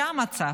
זה המצב.